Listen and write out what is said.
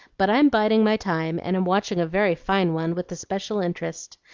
but i'm biding my time, and am watching a very fine one with especial interest.